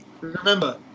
remember